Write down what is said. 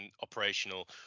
operational